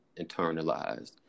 internalized